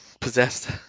possessed